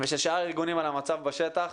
ושל שאר הארגונים על המצב בשטח.